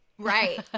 Right